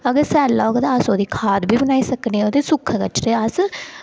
अगर सैल्ला होग तां अस ओह्दी खाद बी बनाई सकने आं ओह्दे सुक्का कचरा अस